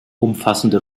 umfassende